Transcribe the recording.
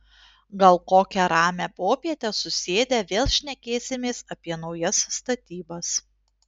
gal kokią ramią popietę susėdę vėl šnekėsimės apie naujas statybas